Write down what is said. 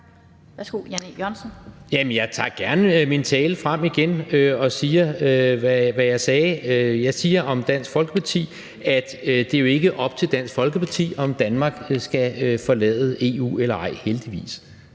jeg tager gerne min tale frem igen og siger, hvad jeg sagde om Dansk Folkeparti, nemlig at det jo ikke er op til Dansk Folkeparti, om Danmark skal forlade EU eller ej, heldigvis.